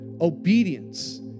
Obedience